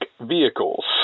vehicles